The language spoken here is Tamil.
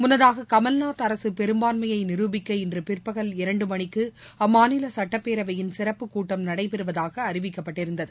முன்னதாக கமல்நாத் அரசு பெரும்பான்மையை நிரபிக்க இன்று பிற்பகல் இரண்டு மணிக்கு அம்மாநில சட்டப்பேரவையின் சிறப்புக் கூட்டம் நடைபெறுவதாக அறிவிக்கப்பட்டிருந்தது